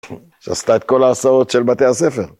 שעשתה את כל ההרצאות של בתי הספר.